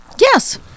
Yes